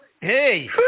Hey